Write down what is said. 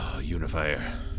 unifier